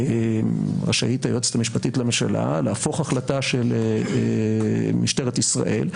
רשאית היועצת המשפטית לממשלה להפוך החלטה של משטרת ישראל.